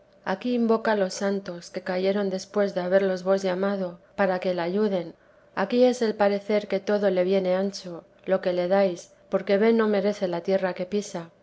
aquí invoca los santos que cayeron después de haberlos vos llamado para que le ayuden aquí es el parecer que todo le viene ancho lo que le dais porque ve no merece la tierra que pisa